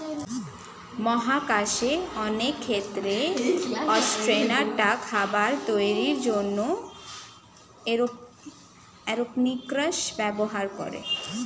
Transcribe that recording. মহাকাশে অনেক ক্ষেত্রে অ্যাসট্রোনটরা খাবার তৈরির জন্যে এরওপনিক্স ব্যবহার করে